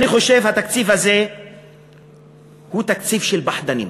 אני חושב שהתקציב הזה הוא תקציב של פחדנים.